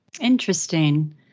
Interesting